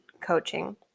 Coaching